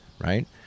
right